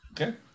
Okay